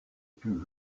plus